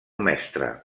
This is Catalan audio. mestre